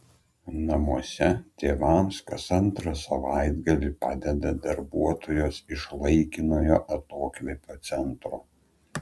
namuose tėvams kas antrą savaitgalį padeda darbuotojos iš laikinojo atokvėpio centro